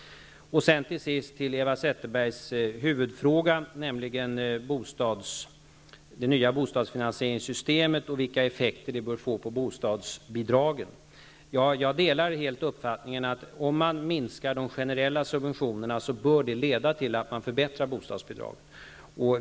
Till sist Eva Zetterbergs huvudfråga, nämligen det nya bostadsfinansieringssystemet och vilka effekter det bör få på bostadsbidragen. Jag delar helt uppfattningen, att om man minskar de generella subventionerna, bör detta leda till att man förbättrar bostadsbidragen.